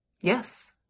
Yes